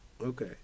Okay